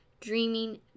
dreaming